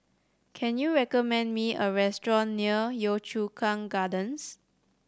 can you recommend me a restaurant near Yio Chu Kang Gardens